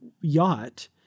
yacht